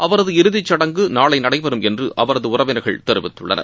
அவரது இறுதிச்சடங்கு நாளை நடைபெறும் என்று அவரது உறவினர்கள் தெரிவித்துள்ளனர்